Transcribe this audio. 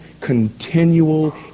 continual